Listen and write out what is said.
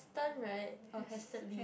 hasten right or hastened